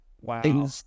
Wow